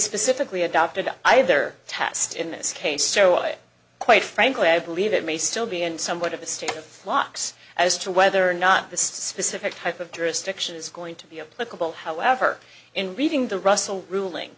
specifically adopted either test in this case so i quite frankly i believe it may still be in somewhat of a state of flux as to whether or not the specific type of jurisdiction is going to be likable however in reading the russell ruling